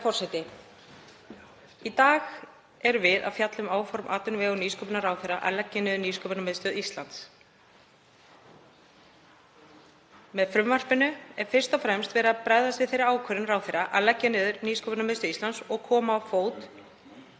Herra forseti. Í dag erum við að fjalla um áform atvinnuvega- og nýsköpunarráðherra um að leggja niður Nýsköpunarmiðstöð Íslands. Með frumvarpinu er fyrst og fremst verið að bregðast við þeirri ákvörðun ráðherra að leggja niður Nýsköpunarmiðstöð Íslands og koma á fót